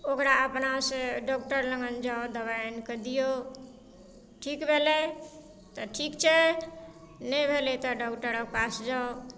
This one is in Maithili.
तऽ ओकरा अपनासँ डॉक्टर लग जाउ दबाइ आनिकऽ दियौ ठीक भेलै तऽ ठीक छै नहि भेलै तऽ डॉक्टरक पास जाउ